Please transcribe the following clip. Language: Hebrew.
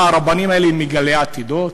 מה, הרבנים האלה מגלי עתידות?